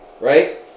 right